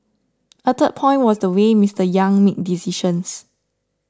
a third point was the way Mister Yang made decisions